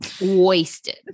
Wasted